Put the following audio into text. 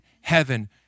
heaven